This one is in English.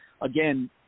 again